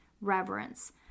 reverence